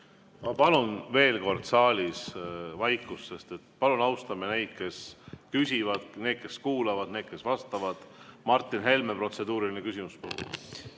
Ma palun veel kord saalis vaikust. Palun austame neid, kes küsivad, neid, kes kuulavad, neid, kes vastavad. Martin Helme, protseduuriline küsimus.